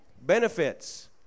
benefits